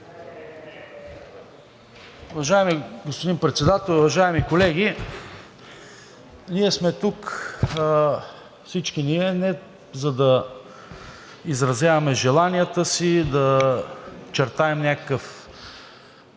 Уважаеми господин Председател, уважаеми колеги! Всички ние сме тук не за да изразяваме желанията си, да чертаем някакъв